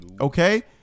Okay